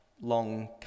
long